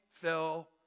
fell